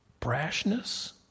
brashness